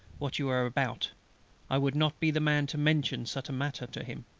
what you are about i would not be the man to mention such a matter to him.